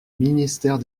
ministère